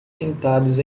sentados